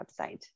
website